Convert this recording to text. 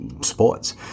sports